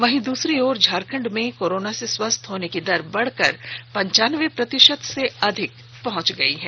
वहीं दूसरी ओर झारखंड में कोरोना से स्वस्थ होने की दर बढ़कर पंचानबे प्रतिशत से अधिक पहुंच चुकी है